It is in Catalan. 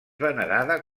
venerada